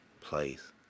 place